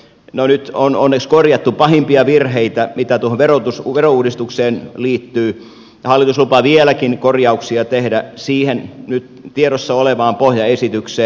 no nyt on onneksi korjattu pahimpia virheitä mitä tuohon verouudistukseen liittyy ja hallitus lupaa vieläkin korjauksia tehdä siihen nyt tiedossa olevaan pohjaesitykseen